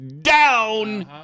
down